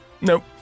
Nope